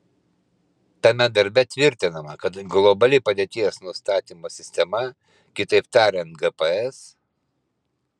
tame darbe tvirtinama kad globali padėties nustatymo sistema kitaip tariant gps